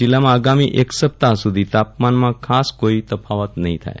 જિલ્લામાં આગામી એક સપ્તાહ સુધી તાપમાનમાાં કોઈ ખાસ તફાવત નહીં થાય